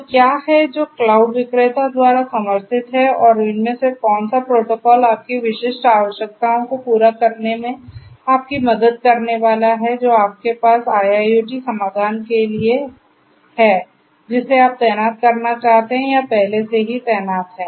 तो क्या है जो क्लाउड विक्रेता द्वारा समर्थित हैं और इनमें से कौन सा प्रोटोकॉल आपकी विशिष्ट आवश्यकताओं को पूरा करने में आपकी मदद करने वाला है जो आपके पास IIoT समाधान के लिए है जिसे आप तैनात करना चाहते हैं या पहले से ही तैनात हैं